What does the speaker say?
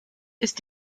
ist